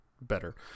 better